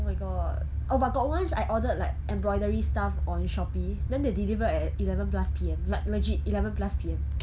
oh my god oh but got once I ordered like embroidery stuff on shopee then they delivered at eleven plus P_M like legit eleven plus P_M